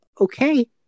Okay